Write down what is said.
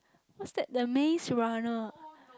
what's that the-Maze-Runner